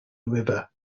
river